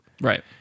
Right